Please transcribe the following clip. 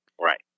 Right